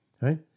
Right